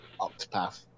Octopath